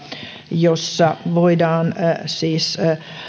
jossa voidaan siis